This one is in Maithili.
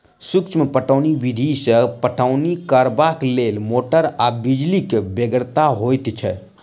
सूक्ष्म पटौनी विधि सॅ पटौनी करबाक लेल मोटर आ बिजलीक बेगरता होइत छै